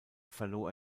verlor